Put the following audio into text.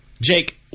Jake